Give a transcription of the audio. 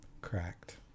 Correct